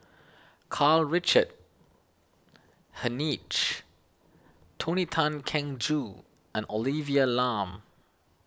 Karl Richard Hanitsch Tony Tan Keng Joo and Olivia Lum